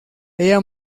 ella